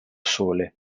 sole